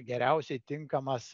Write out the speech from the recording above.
geriausiai tinkamas